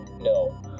no